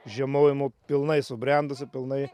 žiemojimu pilnai subrendusi pilnai